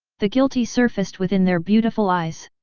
the guilty surfaced within their beautiful eyes.